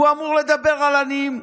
הוא אמור לדבר על עניים.